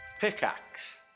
pickaxe